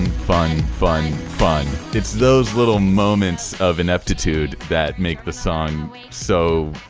fun, fun, fun it's those little moments of ineptitude that make the song so,